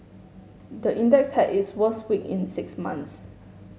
the index had its worst week in six months